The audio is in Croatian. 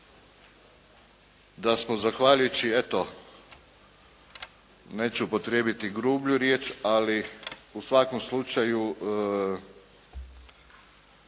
da smo zahvaljujući eto, neću upotrijebiti grublju riječ ali u svakom slučaju